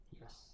yes